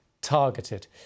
targeted